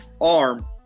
arm